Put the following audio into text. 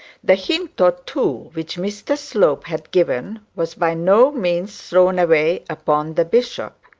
the hint or two which mr slope had given was by no means thrown away upon the bishop.